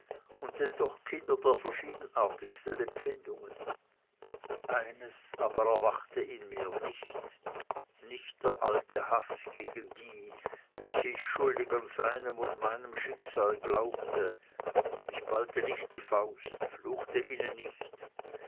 und denn doch kinder der verschiedenartigsten empfindungen eines aber erwachte in mir nicht nicht der alte haß gegen die welche ich schuldig an seinem und meinem schicksal glaubte ich ballte nicht die faust fluchte ihnen nicht